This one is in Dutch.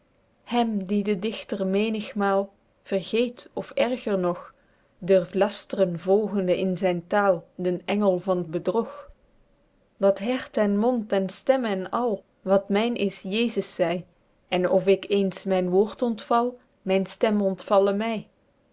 hem dien de dichter menigmael vergeet of erger nog durft lastren volgende in zyn tael den engel van t bedrog dat herte en mond en stemme en al wat myn is jesus zy en of ik eens myn woord ontval myn stemme ontvalle